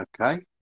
Okay